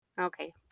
Okay